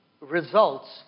results